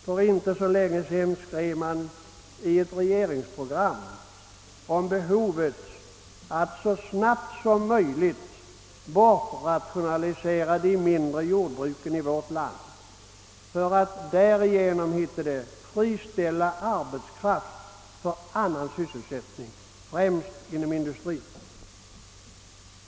För inte så länge sedan skrev man i ett regeringsprogram om behovet att så snabbt som möjligt bortrationalisera de mindre jordbruken i vårt land för att därigenom, sades det, friställa arbetskraft för annan sysselsättning, främst inom industrin.